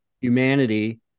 Humanity